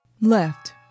left